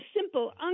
simple